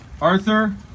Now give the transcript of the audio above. Arthur